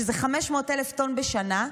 שזה 500,000 טונות בשנה,